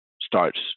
starts